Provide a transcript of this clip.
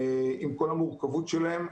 עם כל המורכבות שלהן,